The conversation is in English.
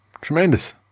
Tremendous